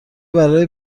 برای